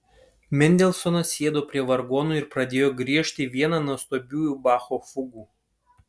mendelsonas sėdo prie vargonų ir pradėjo griežti vieną nuostabiųjų bacho fugų